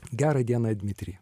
gerą dieną dmitri